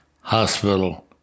hospital